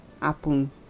happen